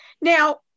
Now